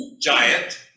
giant